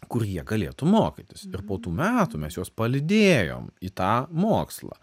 kur jie galėtų mokytis ir po tų metų mes juos palydėjom į tą mokslą